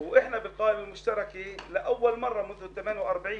ואת משרד הרווחה בכפרים הלא מוכרים,